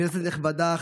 כנסת נכבדה,